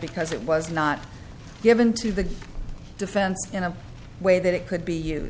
because it was not given to the defense in a way that it could be